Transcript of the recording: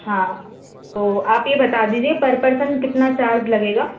हाँ तो आप ये बता दीजिए पर पर्सन कितना चार्ज लगेगा